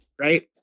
right